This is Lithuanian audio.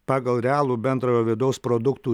pagal realų bendrojo vidaus produktų